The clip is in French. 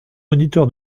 moniteur